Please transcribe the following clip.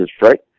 right